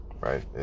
right